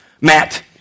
Matt